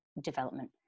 development